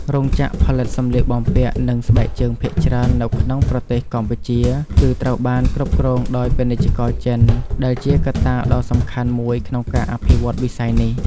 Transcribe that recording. រោងចក្រផលិតសម្លៀកបំពាក់និងស្បែកជើងភាគច្រើននៅក្នុងប្រទេសកម្ពុជាគឺត្រូវបានគ្រប់គ្រងដោយពាណិជ្ជករចិន ដែលជាកត្តាដ៏សំខាន់មួយក្នុងការអភិវឌ្ឍវិស័យនេះ។